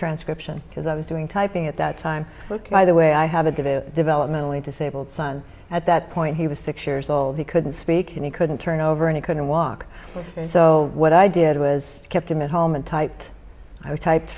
transcription because i was doing typing at that time by the way i have a good developmentally disabled son at that point he was six years old he couldn't speak and he couldn't turn over and he couldn't walk so what i did was kept him at home and typed